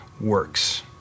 works